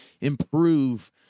improve